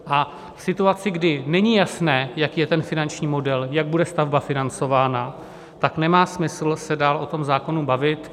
A v situaci, kdy není jasné, jaký je ten finanční model, jak bude stavba financována, nemá smysl se dál o tom zákonu bavit.